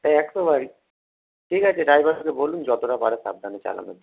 সে একশোবারই ঠিক আছে ড্রাইভারকে বলুন যতোটা পারে সাবধানে চালানোর জন্য